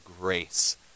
grace